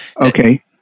okay